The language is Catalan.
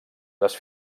les